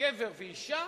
גבר ואשה,